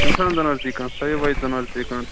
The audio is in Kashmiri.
اِنسان زَن حظ دی کانٛہہ ساے واے زَن حظ دی کانٛہہ